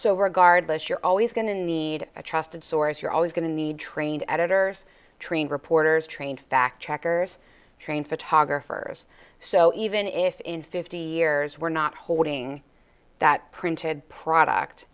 so regardless you're always going to need a trusted source you're always going to need trained editors trained reporters trained fact checkers trained photographers so even if in fifty years we're not holding that printed product